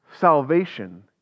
salvation